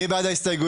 מי בעד ההסתייגויות?